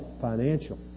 financial